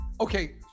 okay